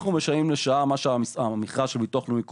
אנחנו משלמים לפי מה שקובע המכרז של הביטוח הלאומי,